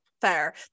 fair